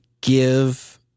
give